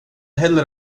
heller